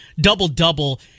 double-double